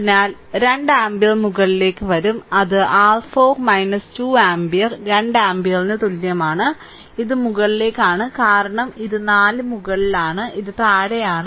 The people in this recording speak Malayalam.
അതിനാൽ ഫലമായി 2 ആമ്പിയർ മുകളിലേക്ക് വരും അത് r 4 2 ആമ്പിയർ 2 ആമ്പിയറിന് തുല്യമാണ് ഇത് മുകളിലേക്കാണ് കാരണം ഇത് 4 മുകളിലാണ് ഇത് താഴെയാണ്